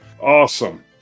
Awesome